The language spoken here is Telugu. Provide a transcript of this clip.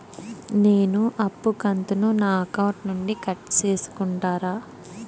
నేను అప్పు కంతును నా అకౌంట్ నుండి కట్ సేసుకుంటారా?